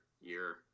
year